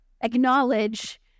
acknowledge